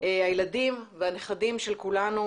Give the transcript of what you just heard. הילדים והנכדים של כולנו,